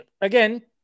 again